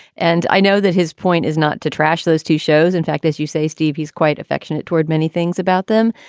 and i know that his point is not to trash those two shows. in fact, as you say, steve, he's quite affectionate toward many things about them.